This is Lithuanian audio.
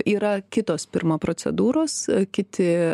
yra kitos pirma procedūros kiti